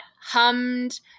hummed